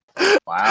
Wow